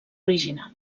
original